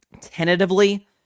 tentatively